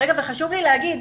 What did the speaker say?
וחשוב לי להגיד,